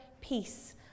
peace